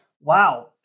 wow